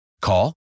Call